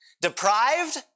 Deprived